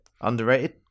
Underrated